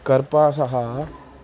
कार्पासः